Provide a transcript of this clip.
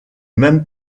même